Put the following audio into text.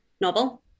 novel